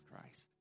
Christ